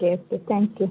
okay thank you